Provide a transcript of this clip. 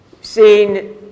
seen